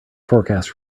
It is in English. forecast